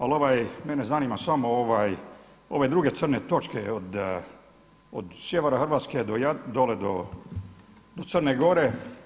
Ali mene zanima samo ove druge crne točke od sjevera Hrvatska dole do Crne Gore.